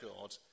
God